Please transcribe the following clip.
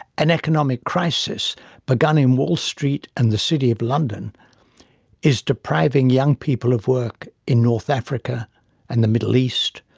an economic crisis begun in wall street and the city of london is depriving young people of work in north africa and the middle east,